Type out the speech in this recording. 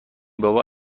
بابا